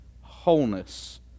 wholeness